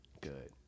Good